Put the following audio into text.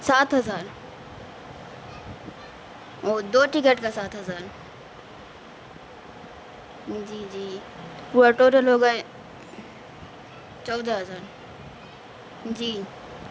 سات ہزار او دو ٹکٹ کا ساتھ ہزار جی جی پورا ٹوٹل ہوگا چودہ ہزار جی